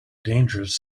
dangerous